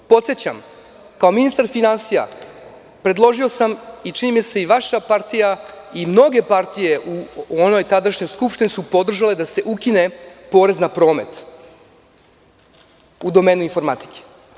Podsećam, kao ministar finansija predložio sam, i čini mi se i vaša partija i mnoge partije u tadašnjoj skupštini su podržale da se ukine porez na promet u domenu informatike.